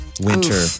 winter